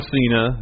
Cena